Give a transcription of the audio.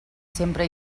sempre